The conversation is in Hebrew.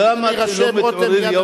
אתה רוצה להירשם, רותם, מייד אני רושם.